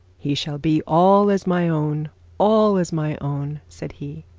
he shall be all as my own all as my own said he.